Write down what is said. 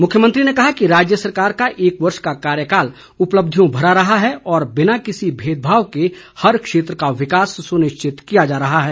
मुख्यमंत्री ने कहा कि राज्य सरकार का एक वर्ष का कार्यकाल उपलब्धियों भरा रहा है और बिना किसी भेदभाव के हर क्षेत्र का विकास सुनिश्चित किया जा रहा है